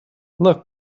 look